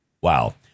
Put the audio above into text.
Wow